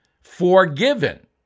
forgiven